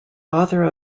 author